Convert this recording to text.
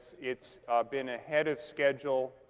it's been ahead of schedule,